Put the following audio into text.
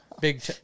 Big